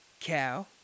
cow